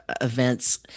events